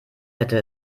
hätte